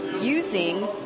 using